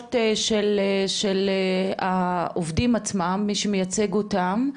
הנציגויות של העובדים עצמם, מי שמייצג אותם,